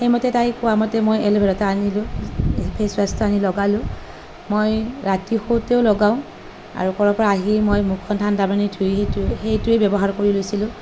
সেই মতে তাই কোৱা মতে মই এল'বেৰাটো আনিলোঁ ফেছ ৱাছটো আনি লগালোঁ মই ৰাতি শুতেও লগাওঁ আৰু ক'ৰবাৰ পৰা আহি মই মুখখন ঠাণ্ডা পানী ধুই সেইটো সেইটোৱে ব্যৱহাৰ কৰি লৈছিলোঁ